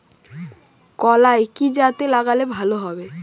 কলাই কি জাতে লাগালে ভালো হবে?